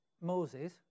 Moses